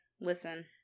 listen